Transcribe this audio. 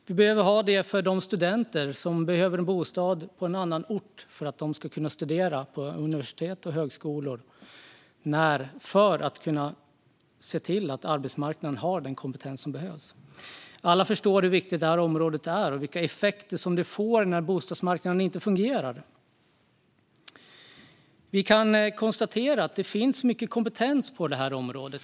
Vi behöver det för de studenter som behöver en bostad på annan ort för att de ska kunna studera på universitet eller högskola och för att kunna se till att arbetsmarknaden har den kompetens den behöver. Alla förstår hur viktigt detta område är och vilka effekter det får när bostadsmarknaden inte fungerar. Vi kan konstatera att det finns mycket kompetens på detta område.